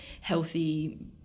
healthy